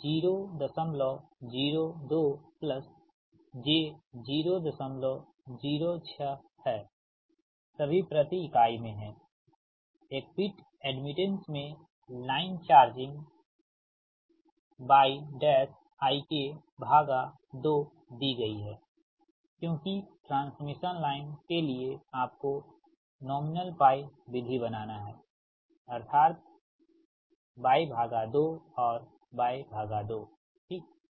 002 plus j 006 है सभी प्रति इकाई में है एक बिट एड्मिटेंस में लाइन चार्जिंग yik2 दी गयी हैक्योंकि ट्रांसमिशन लाइन के लिए आपको नॉमिनल पाई विधि बनाना है अथार्त Y2और Y2ठीक